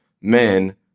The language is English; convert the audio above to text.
men